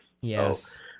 Yes